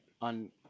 on